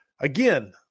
Again